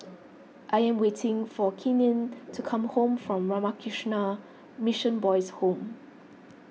I am waiting for Keenen to come home from Ramakrishna Mission Boys' Home